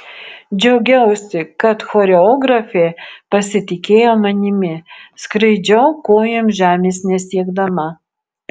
džiaugiausi kad choreografė pasitikėjo manimi skraidžiau kojom žemės nesiekdama